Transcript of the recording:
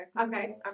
Okay